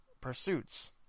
pursuits